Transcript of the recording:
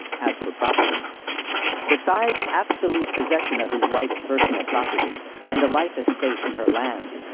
as for property besides absolute possession of his wife's personal property and a life estate in her lands,